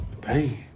bang